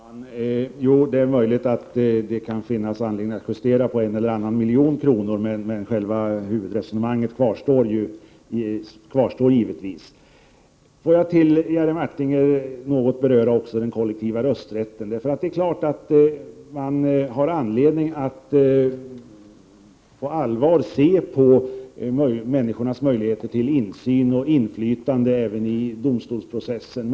Herr talman! Jo, det är möjligt att det kan finnas anledning att justera med en eller annan miljon kronor. Men givetvis kvarstår själva huvudresonemanget. Jag vill för Jerry Martinger något beröra den kollektiva rösträtten. Det är klart att det finns anledning att på allvar se på människornas möjligheter till insyn och inflytande även i domstolsprocessen.